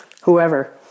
whoever